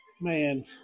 Man